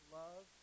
love